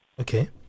Okay